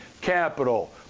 capital